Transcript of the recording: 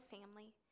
family